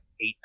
eight